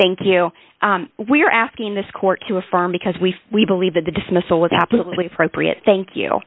thank you we're asking this court to affirm because we we believe that the dismissal was absolutely appropriate thank you